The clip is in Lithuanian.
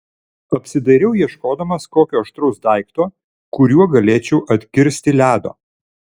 apsidairiau ieškodamas kokio aštraus daikto kuriuo galėčiau atkirsti ledo